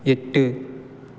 எட்டு